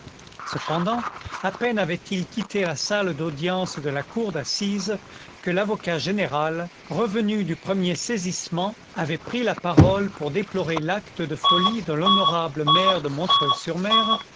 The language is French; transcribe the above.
cependant à peine avait-il quitté la salle d'audience de la cour d'assises que l'avocat général revenu du premier saisissement avait pris la parole pour déplorer l'acte de folie de l'honorable maire de montreuil sur mer